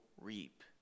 reap